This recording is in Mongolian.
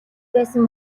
байсан